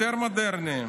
יותר מודרניים,